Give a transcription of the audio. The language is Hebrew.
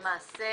למעשה